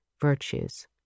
virtues